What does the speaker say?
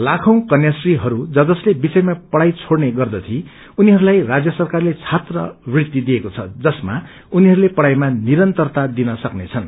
लाखौं छोरी नानीहरू ज जसले बीचैमा पढ़ाई छोड्ने गर्दथी उनीहरूलाई राज्य सरकारले छात्रवृत्ति दिएको छ जसमा उनीहरूले पढाईमा निरन्तरता दिन सक्नेछन्